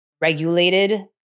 regulated